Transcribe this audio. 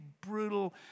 brutal